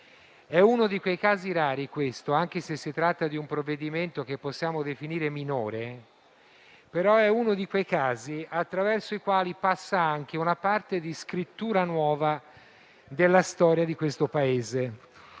di questo disegno di legge, anche se si tratta di un provvedimento che possiamo definire minore, è uno di quei casi rari attraverso i quali passa anche una parte di scrittura nuova della storia del Paese.